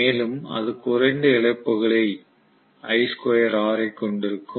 மேலும் அது குறைந்த இழப்புகளை கொண்டிருக்கும்